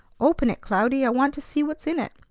open it, cloudy. i want to see what's in it.